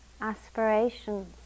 aspirations